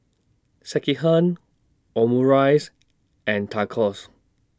Sekihan Omurice and Tacos